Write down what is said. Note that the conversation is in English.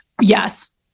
yes